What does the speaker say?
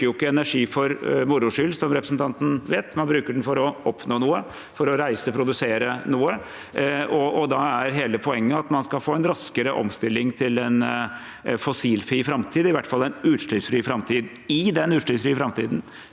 Man bruker ikke energi for moro skyld, som representanten vet. Man bruker den for å oppnå noe, for å reise, for å produsere noe. Da er hele poenget at man skal få en raskere omstilling til en fossilfri framtid – i hvert fall en utslippsfri framtid. I den utslippsfrie framtiden